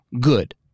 good